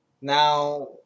Now